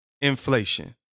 inflation